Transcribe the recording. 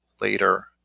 later